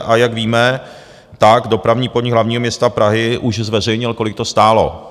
A jak víme, tak Dopravní podnik Hlavního města Prahy už zveřejnil, kolik to stálo.